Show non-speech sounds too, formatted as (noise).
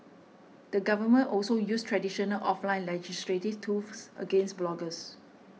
the government also used traditional offline legislative (unintelligible) against bloggers